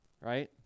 right